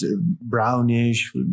brownish